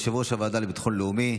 יושב-ראש הוועדה לביטחון לאומי.